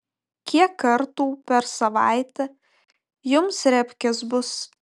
kiek kartų per savaitę jums repkės bus